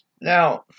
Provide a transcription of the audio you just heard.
now